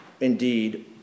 indeed